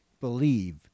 believe